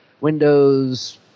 Windows